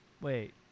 wait